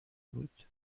بود